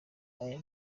aya